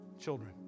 children